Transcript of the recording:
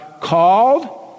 called